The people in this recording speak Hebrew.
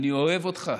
אני אוהב אותך,